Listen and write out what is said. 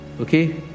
okay